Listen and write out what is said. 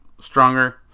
stronger